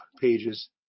pages